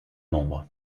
membres